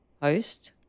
post